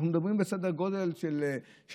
אנחנו מדברים על סדר גודל של שנה,